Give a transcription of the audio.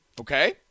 Okay